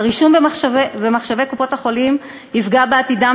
הרישום במחשבי קופות-החולים יפגע בעתידם